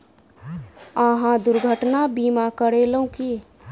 अहाँ दुर्घटना बीमा करेलौं की?